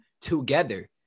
together